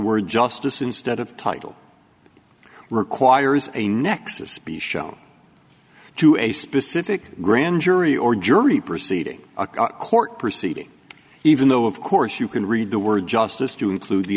word justice instead of title requires a nexus be shown to a specific grand jury or jury proceeding a court proceeding even though of course you can read the word justice to include the